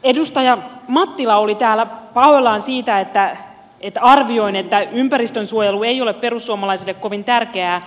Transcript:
edustaja mattila oli täällä pahoillaan siitä että arvioin että ympäristönsuojelu ei ole perussuomalaisille kovin tärkeää